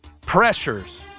Pressures